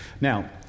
Now